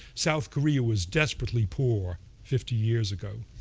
south korea was desperately poor fifty years ago.